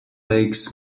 lakes